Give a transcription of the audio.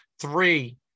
three